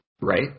right